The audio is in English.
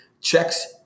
checks